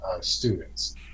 students